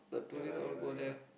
ya lah ya lah ya lah